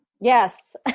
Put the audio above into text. Yes